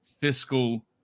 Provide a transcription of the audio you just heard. fiscal